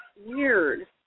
Weird